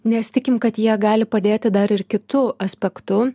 nes tikim kad jie gali padėti dar ir kitu aspektu